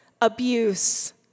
abuse